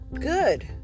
good